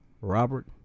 Robert